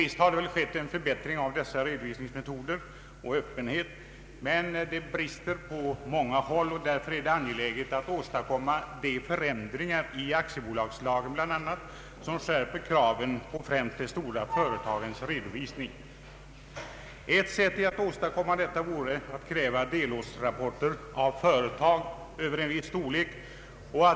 Visst har det väl skett en förbättring av redovisningsmetoderna och större öppenhet visats, men det brister på många håll, och därför är det angeläget att åstadkomma förändringar i bl.a. aktiebolagslagen som skärper kraven på främst de stora företagens redovisning. Ett sätt att åstadkomma detta vore att kräva delårsrapporter av företag över en viss storlek.